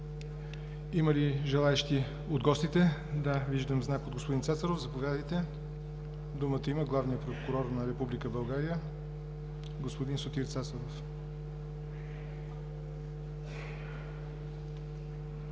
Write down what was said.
Има ли желаещи от гостите? Виждам знак от господин Цацаров, заповядайте. Думата има Главният прокурор на Република България господин Сотир Цацаров.